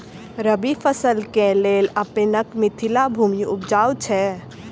रबी फसल केँ लेल अपनेक मिथिला भूमि उपजाउ छै